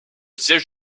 siège